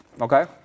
Okay